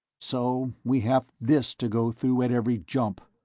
so we have this to go through at every jump!